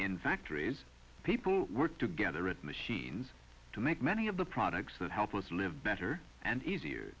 in factories people work together and machines to make many of the products that help us live better and easier